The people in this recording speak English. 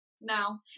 no